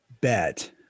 bet